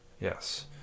Yes